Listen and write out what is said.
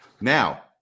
Now